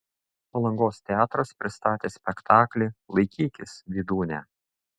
palangos teatras pristatė spektaklį laikykis vydūne